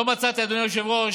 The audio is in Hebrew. לא מצאתי, אדוני היושב-ראש,